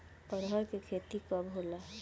अरहर के खेती कब होला?